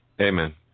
Amen